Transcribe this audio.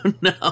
no